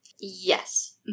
Yes